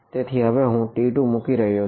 તેથી હવે હું T2 મૂકી રહ્યો છું